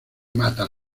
mata